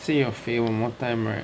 say you're 肥 one more time right